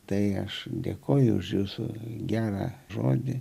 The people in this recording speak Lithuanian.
tai aš dėkoju už jūsų gerą žodį